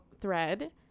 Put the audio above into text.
thread